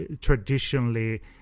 traditionally